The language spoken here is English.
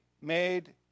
made